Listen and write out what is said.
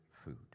food